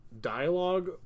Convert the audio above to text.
dialogue